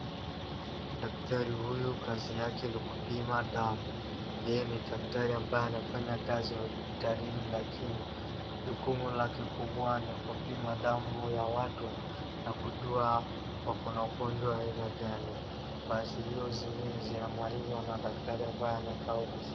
Daktari huyu kazi yake ni kupima damu. Yeye ni datkari ambaye anafanya kazi hospitalini lakini jukumu lake kuvua ni kupima damu ya watu nakujua wako na ugonjwa aina gani. Basi hiyo zingine zinamalizwa na daktari ambaye anakaa ofisini.